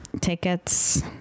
tickets